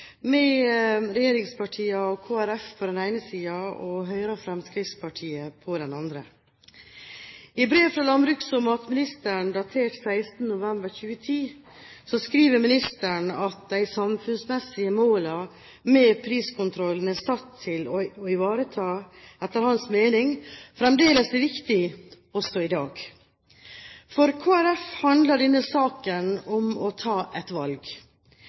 med regjeringspartiene og Kristelig Folkeparti på den ene siden og Høyre og Fremskrittspartiet på den andre. I brev fra landbruks- og matministeren, datert 16. november 2010, skriver ministeren at de samfunnsmessige målene som priskontrollen er satt til å ivareta, etter hans mening fremdeles er viktige, også i dag. For Kristelig Folkeparti handler denne saken om å ta et valg.